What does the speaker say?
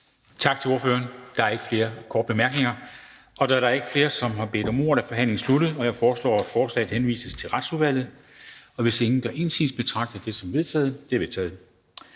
justitsministeren. Der er ikke flere korte bemærkninger. Da der ikke er flere, som har bedt om ordet, er forhandlingen sluttet. Jeg foreslår, at lovforslaget henvises til Retsudvalget. Hvis ingen gør indsigelse, betragter jeg dette som vedtaget. Det er vedtaget.